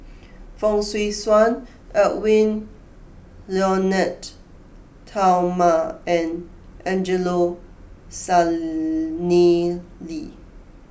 Fong Swee Suan Edwy Lyonet Talma and Angelo Sanelli